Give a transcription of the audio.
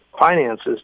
Finances